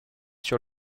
sur